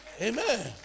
Amen